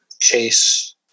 chase